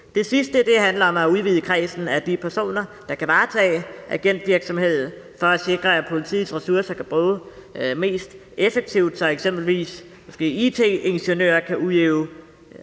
Det sidste handler om at udvide kredsen af personer, der kan varetage agentvirksomhed, for at sikre, at politiets ressourcer kan bruges mest effektivt, så eksempelvis it-ingeniører kan udøve